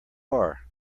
are